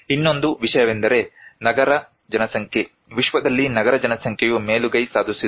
ಇನ್ನೊಂದು ವಿಷಯವೆಂದರೆ ನಗರ ಜನಸಂಖ್ಯೆ ವಿಶ್ವದಲ್ಲಿ ನಗರ ಜನಸಂಖ್ಯೆಯು ಮೇಲುಗೈ ಸಾಧಿಸುತ್ತಿದೆ